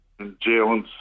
Jalen